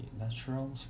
natural